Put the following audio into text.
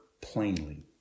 plainly